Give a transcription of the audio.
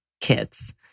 kids